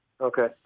Okay